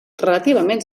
relativament